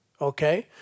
Okay